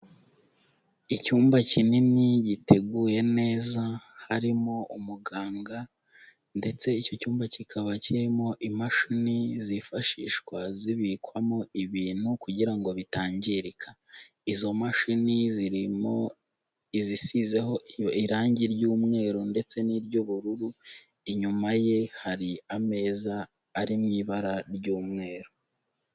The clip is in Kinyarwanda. Icyumba kinini giteguye neza, harimo umuganga ndetse icyo cyumba kikaba kirimo imashini zifashishwa zibikwamo ibintu kugira ngo bitangirika. Izo mashini zirimo izisizeho irangi ry'umweru ndetse n'iry'ubururu, inyuma ye hari ameza ari mu ibara ry'umweru.